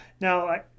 Now